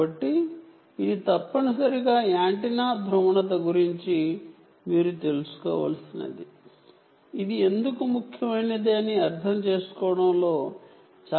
కాబట్టి ఇది తప్పనిసరిగా యాంటెన్నా పోలరైజెషన్ గురించి మీరు తెలుసుకోవలసినది ఇది అర్థం చేసుకోవడంలో చాలా క్లిష్టమైన భాగం